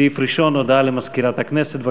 סעיף ראשון, הודעה למזכירת הכנסת.